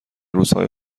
روزهای